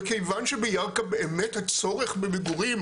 וכיוון שבירכא באמת הצורך במגורים,